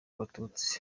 abatutsi